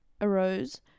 arose